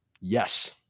Yes